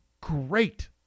great